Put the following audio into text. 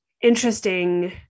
interesting